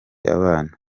abana